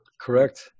Correct